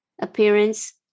appearance